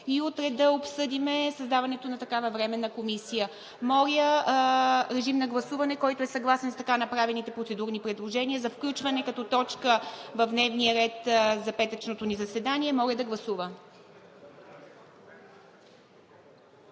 и утре да обсъдим създаването на такава временна комисия. Моля, режим на гласуване – който е съгласен с така направените процедурни предложения, за включване като точка в дневния ред за петъчното ни заседание. Гласували